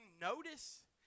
notice